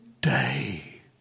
day